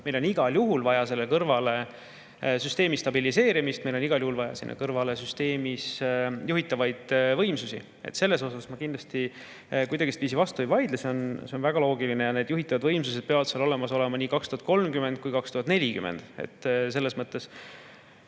Meil on igal juhul vaja selle kõrvale süsteemi stabiliseerimist ja meil on igal juhul vaja sinna kõrvale juhitavaid võimsusi. Selles osas ma kindlasti kuidagiviisi vastu ei vaidle, see on väga loogiline. Need juhitavad võimsused peavad seal olemas olema nii 2030 kui ka 2040.